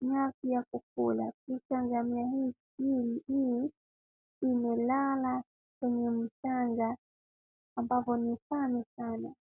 nyasi ya kukula, kisha ngamia hii imelala kwenye mchanga ambapo ni kame sana.